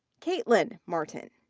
kaitlyn martin.